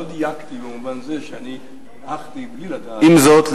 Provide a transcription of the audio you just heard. עם זאת,